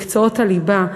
מקצועות הליבה,